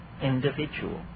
individual